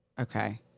Okay